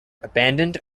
abandoned